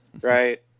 Right